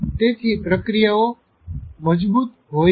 તેથી પ્રક્રિયાઓ મજબૂત હોઈ છે